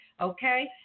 okay